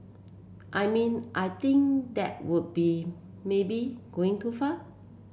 I mean I think that would be maybe going too far